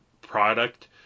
product